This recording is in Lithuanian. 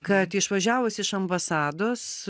kad išvažiavus iš ambasados